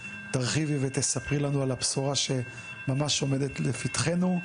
תרחיבי ותספרי לנו על הבשורה שממש עומדת לפתחנו.